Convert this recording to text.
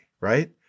right